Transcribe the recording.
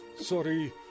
Sorry